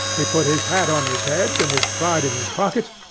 he put his hat on his head, and his pride in his pocket,